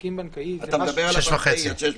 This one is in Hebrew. עסקים בנקאי" זה מונח משפטי.